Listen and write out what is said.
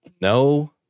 no